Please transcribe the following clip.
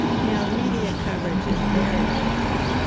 you know, media coverage is very fickle.